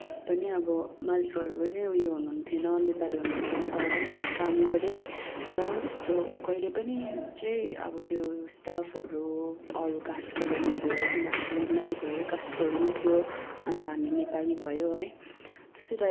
पनि अब मालिकहरू पनि उयो हुनुहुन्थेन नेपाली हुनुहुन्थेन तर पनि हामी काम गऱ्यौँ तर पनि त्यस्तो कहिले पनि चाहिँ अब त्यो स्टाफहरू अरू कास्टको पनि थियो उनीहरूकै मालिकहरूकै कास्टकोहरू पनि थियो अन्त हामी नेपाली भयो है त्यस्तो टाइप